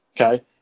Okay